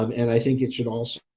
um and i think it should also